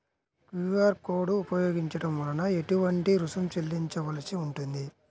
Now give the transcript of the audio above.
QR code ఉపయోగించటం వలన ఏటువంటి రుసుం చెల్లించవలసి ఉంటుంది?